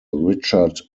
richard